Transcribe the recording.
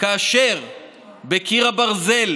כאשר בקיר הברזל